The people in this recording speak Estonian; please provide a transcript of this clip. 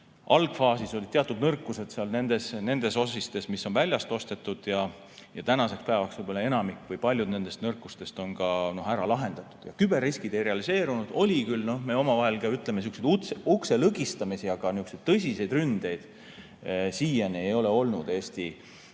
Algfaasis olid teatud nõrkused nendes osistes, mis on väljast ostetud, ja tänaseks on enamik või paljud nendest nõrkustest ka ära lahendatud. Küberriskid ei realiseerunud. Oli küll, nagu me omavahel ütleme, sihukesi ukselõgistamisi, aga tõsiseid ründeid siiani ei ole olnud Eesti